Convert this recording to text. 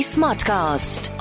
Smartcast